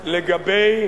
לגבי